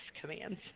commands